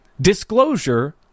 disclosure